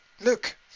look